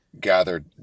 gathered